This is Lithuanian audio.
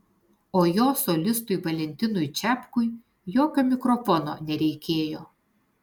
o jo solistui valentinui čepkui jokio mikrofono nereikėjo